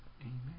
Amen